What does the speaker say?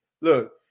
look